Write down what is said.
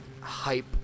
Hype